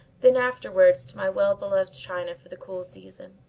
then afterwards to my well-beloved china for the cool season.